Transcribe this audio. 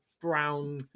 brown